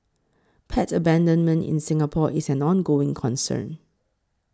pet abandonment in Singapore is an ongoing concern